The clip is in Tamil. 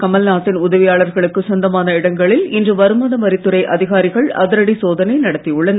கமல்நாத் தின் முதலமைச்சர் உதவியாளர்களுக்கு சொந்தமான இடங்களில் இன்று வருமானவரித் துறை அதிகாரிகள் அதிரடி சோகனை நடத்தியுள்ளனர்